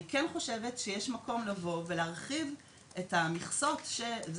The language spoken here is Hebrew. אני כן חושבת שיש מקום לבוא ולהרחיב את המכסות ואת